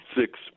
six